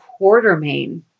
Quartermain